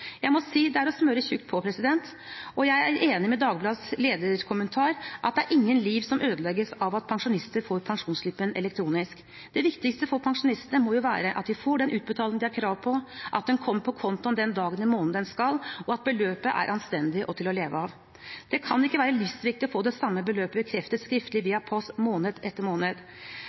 Jeg må si det er å smøre tjukt på, og jeg er enig med Dagbladets lederkommentar i at det er ingen liv som ødelegges ved at pensjonister får pensjonsslippen elektronisk. Det viktigste for pensjonistene må jo være at de får den utbetalingen de har krav på, at den kommer på kontoen den dagen i måneden den skal, og at beløpet er anstendig og til å leve av. Det kan ikke være livsviktig å få det samme beløpet bekreftet skriftlig via post måned etter måned.